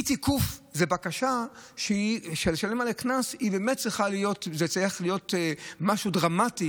אי-תיקוף, לשלם קנס, זה צריך להיות משהו דרמטי